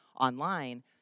online